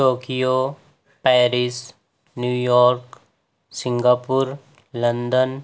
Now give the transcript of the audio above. Tokyo Paris New York Singapore London